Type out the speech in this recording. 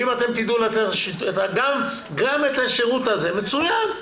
אם אתם תדעו לתת גם את השירות הזה, מצוין.